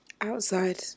Outside